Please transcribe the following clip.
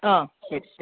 ആ ശരി ശരി